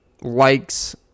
likes